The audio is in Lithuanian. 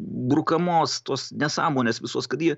brukamos tos nesąmonės visos kad jie